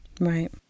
Right